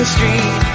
Street